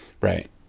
Right